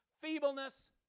feebleness